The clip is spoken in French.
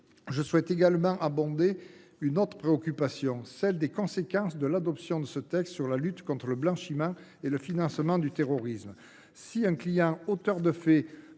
je souhaite également aborder une autre préoccupation : celle des conséquences de l’adoption de ce texte sur la lutte contre le financement du terrorisme et le blanchiment. Si un client auteur de faits